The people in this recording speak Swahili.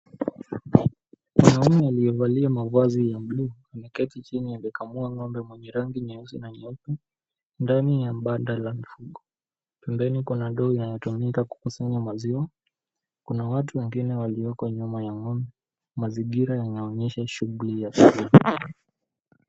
Mwanaume aliyevalia mavazi ya bulu ameketi chini akikamua ng'ombe mwenye rangi nyeusi na nyeupe. Ndani ya banda la. Ndani kuna ndoo inayotumika kukusanya maziwa. Kuna watu wengine walioko nyuma ya ng'ombe. Mazingira yanaonyesha shughuli ya ukulima.